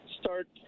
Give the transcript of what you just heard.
start